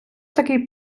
такий